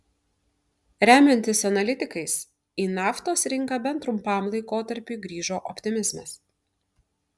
remiantis analitikais į naftos rinką bent trumpam laikotarpiui grįžo optimizmas